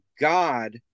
God